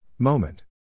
Moment